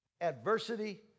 Adversity